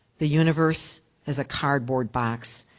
the universe as a cardboard box,